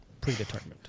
predetermined